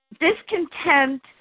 discontent